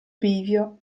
bivio